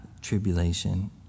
tribulation